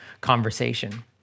conversation